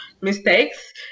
mistakes